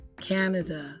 Canada